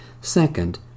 Second